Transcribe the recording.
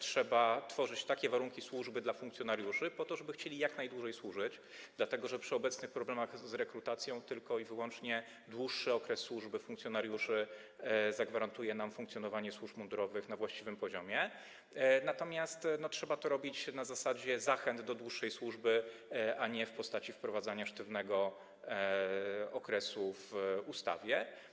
Trzeba tworzyć takie warunki służby dla funkcjonariuszy, żeby chcieli jak najdłużej służyć, dlatego że przy obecnych problemach z rekrutacją tylko i wyłącznie dłuższy okres służby funkcjonariuszy zagwarantuje nam funkcjonowanie służb mundurowych na właściwym poziomie, ale trzeba to robić na zasadzie zachęt do dłuższej służby, a nie w postaci wprowadzania sztywnego okresu w ustawie.